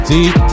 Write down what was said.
Deep